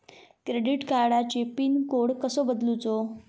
Credit कार्डची pin code कसो बदलुचा?